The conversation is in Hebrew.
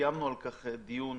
וקיימנו על כך דיון,